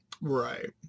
Right